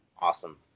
awesome